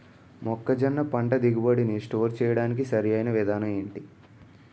మొక్కజొన్న పంట దిగుబడి నీ స్టోర్ చేయడానికి సరియైన విధానం ఎంటి?